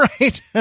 right